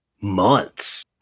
months